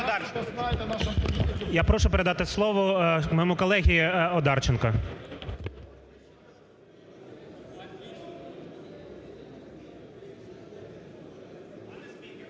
Я прошу передати слово моєму колезі Одарченко.